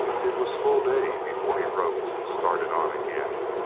it was full day before he rose and started on again,